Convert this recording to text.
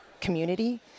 community